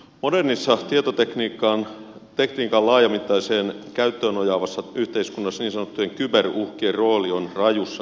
modernissa tietotekniikan laajamittaiseen käyttöön nojaavassa yhteiskunnassa niin sanottujen kyber uhkien rooli on rajussa kasvussa